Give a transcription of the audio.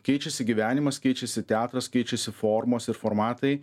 keičiasi gyvenimas keičiasi teatras keičiasi formos ir formatai